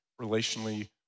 relationally